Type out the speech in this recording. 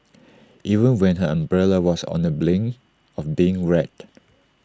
even when her umbrella was on the brink of being wrecked